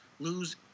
Lose